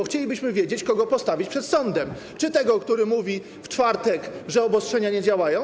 Chcielibyśmy wiedzieć, kogo postawić przed sądem, czy tego ministra, który mówi w czwartek, że obostrzenia nie działają.